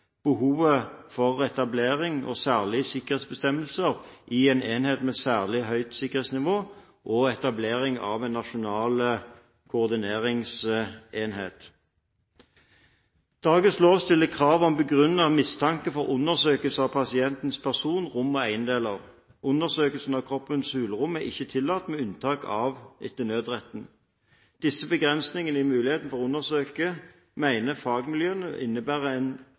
behovet for etablering av særlige sikkerhetsbestemmelser i en enhet med særlig høyt sikkerhetsnivå og etablering av en nasjonal koordineringsenhet. Dagens lov stiller krav om begrunnet mistanke for undersøkelse av pasientens person, rom og eiendeler. Undersøkelse av kroppens hulrom er ikke tillatt, med unntak av etter nødretten. Disse begrensningene i muligheten for undersøkelse mener fagmiljøene innebærer